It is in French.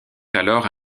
alors